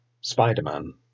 Spider-Man